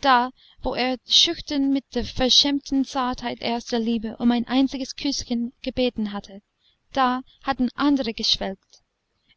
da wo er schüchtern mit der verschämten zartheit erster liebe um ein einziges küßchen gebeten hatte da hatten andere geschwelgt